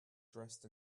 dressed